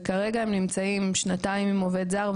וכרגע הם נמצאים שנתיים עם עובד זר,